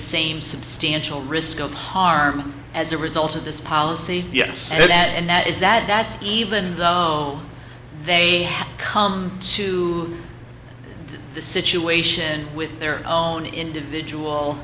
same substantial risk of harm as a result of this policy yes and that is that that's even though they have come to the situation with their own individual